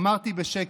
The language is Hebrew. אמרתי בשקט.